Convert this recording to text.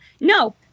no